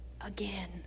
again